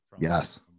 yes